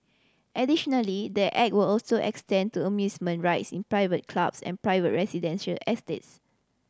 additionally the Act will also extend to amusement rides in private clubs and private residential estates